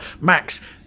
Max